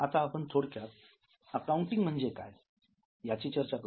आता आपण थोडक्यात अकाउंटिंग म्हणजे काय याची चर्चा करू